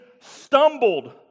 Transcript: stumbled